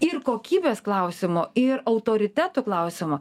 ir kokybės klausimu ir autoriteto klausimu